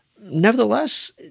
Nevertheless